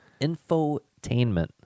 Infotainment